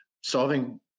solving